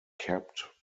kept